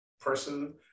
person